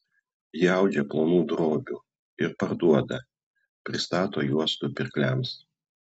ji audžia plonų drobių ir parduoda pristato juostų pirkliams